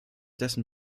dessen